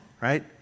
right